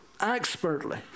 expertly